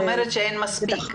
אז את אומרת שאין מספיק,